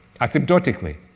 asymptotically